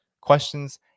Questions